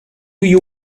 you